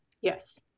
yes